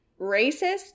racist